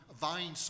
vine